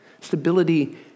Stability